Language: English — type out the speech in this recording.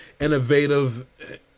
innovative